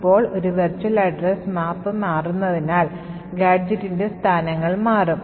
ഇപ്പോൾ ഒരു virtual address map മാറുന്നതിനാൽ ഗാഡ്ജെറ്റിന്റെ സ്ഥാനങ്ങൾ മാറും